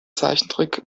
zeichentrick